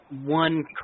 one